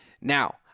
Now